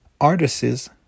artists